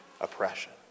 oppression